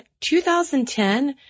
2010